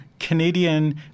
Canadian